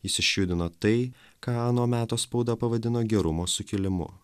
jis išjudino tai ką ano meto spauda pavadino gerumo sukilimu